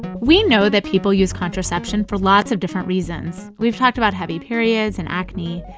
we know that people use contraception for lots of different reasons. we've talked about heavy periods and acne.